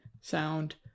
sound